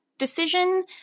decision